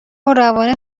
روان